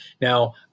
Now